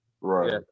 Right